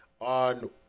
on